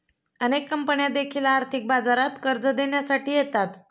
अनेक कंपन्या देखील आर्थिक बाजारात कर्ज देण्यासाठी येतात